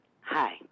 hi